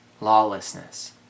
lawlessness